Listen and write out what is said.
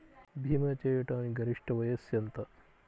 భీమా చేయాటానికి గరిష్ట వయస్సు ఎంత?